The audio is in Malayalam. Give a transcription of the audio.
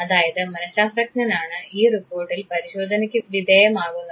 അതായത് മനഃശാസ്ത്രജ്ഞനാണ് ഈ റിപ്പോർട്ടിൽ പരിശോധനയ്ക്ക് വിധേയമാകുന്നത്